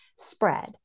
spread